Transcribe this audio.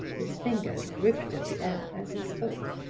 his fingers gripped at the air as he spoke.